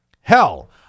Hell